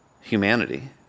humanity